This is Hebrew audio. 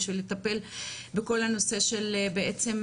בשביל לטפל בנושא של בקשי